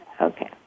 Okay